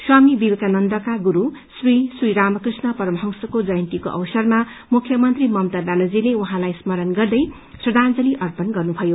स्वामी विवेकानन्दका गुरु श्री रामकृष्ण परमहंसको जयन्तीको अवसरमा मुख्यमन्त्री ममता ब्यानर्जीले उहाँलाई स्मरण गर्दै श्रद्धांजली अर्पण गर्नुभयो